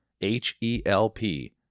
H-E-L-P